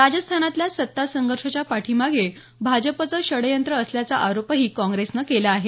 राजस्थानातल्या सत्ता संघर्षाच्या पाठीमागे भाजपचं षडयंत्र असल्याचा आरोपही काँग्रेसने केला आहे